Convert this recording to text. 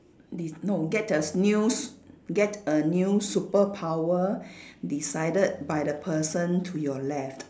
de~ no get a new s~ get a new superpower decided by the person to your left